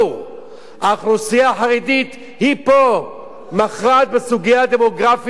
האוכלוסייה החרדית היא פה מכרעת בסוגיה הדמוגרפית בירושלים.